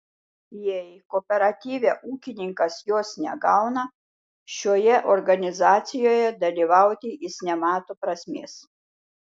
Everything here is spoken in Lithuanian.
jei kooperatyve ūkininkas jos negauna šioje organizacijoje dalyvauti jis nemato prasmės